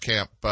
Camp